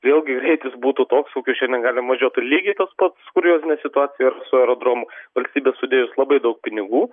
vėlgi greitis būtų toks kokiu ir šiandien galim važiuot ir lygiai tas pats kuriozinė situacija ir su aerodromu valstybė sudėjus labai daug pinigų